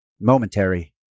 momentary